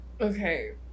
Okay